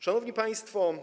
Szanowni Państwo!